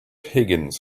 higgins